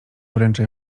wręcza